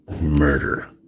Murder